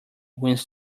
wins